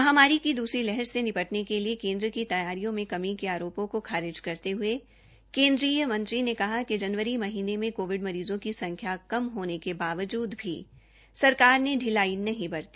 महामारी की दूसरी लहर से निपटने के लिए केन्द्र की तैयारियों में कमी के आरोपों को खारिज करते हये केन्द्रीय मंत्री ने कहा कि जनवरी महीने में कोविड मरीज़ों की संख्या कम होने के बावजूद भी सरकार ने पिलाई नहीं बरती